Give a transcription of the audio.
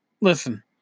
listen